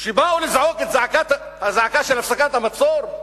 שבאו לזעוק את הזעקה של הפסקת המצור?